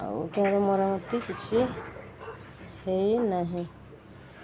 ଆଉ ତାର ମରାମତି କିଛି ହେଇନାହିଁ